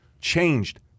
changed